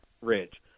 ridge